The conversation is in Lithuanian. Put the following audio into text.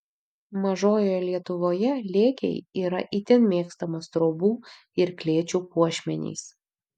mažojoje lietuvoje lėkiai yra itin mėgstamas trobų ir klėčių puošmenys